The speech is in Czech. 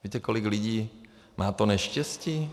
Víte, kolik lidí má to neštěstí?